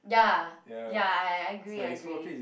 ya ya I I I agree I agree